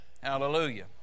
Hallelujah